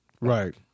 Right